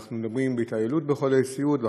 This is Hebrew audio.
אנחנו מדברים על התעללות בחולים סיעודיים,